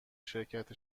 شرکت